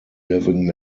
living